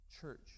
Church